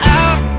out